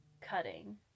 cutting